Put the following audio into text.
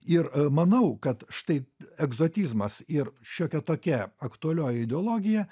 ir manau kad štai egzotizmas ir šiokia tokia aktualioji ideologija